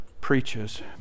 preaches